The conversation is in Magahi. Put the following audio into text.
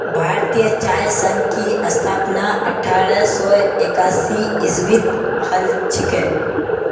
भारतीय चाय संघ की स्थापना अठारह सौ एकासी ईसवीत हल छिले